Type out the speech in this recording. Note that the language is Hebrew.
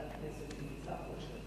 מי מחברי הכנסת נמצא פה.